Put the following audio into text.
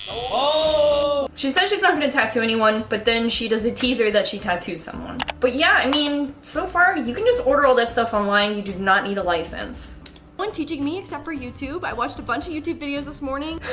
oh she said she's not gonna talk to anyone but then she does a teaser that she tattoo someone but yeah i mean so far you can just order all that stuff online. you do not need a license when teaching me except for youtube i watched a bunch of youtube videos this morning.